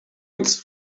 its